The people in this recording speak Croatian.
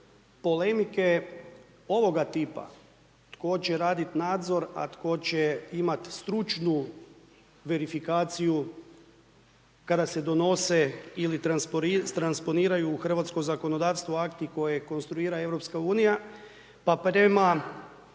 polemike ovoga tipa, tko će raditi nadzor, a tko će imati stručnu verifikaciju kada se donose ili transponiraju u hrvatsko zakonodavstvo akti koje konstruira EU, pa prema